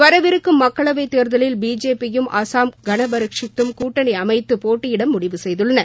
வரவிருக்கும் மக்களவை தேர்தலில் பிஜேபியும் அசாம் கனபரிஷத்தும் கூட்டணி அமைத்து போட்டியிட முடிவு செய்துள்ளன